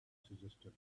suggested